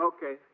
Okay